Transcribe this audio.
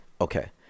okay